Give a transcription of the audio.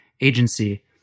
Agency